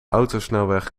autosnelweg